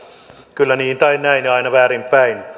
kyllä niin tai näin ja aina väärin päin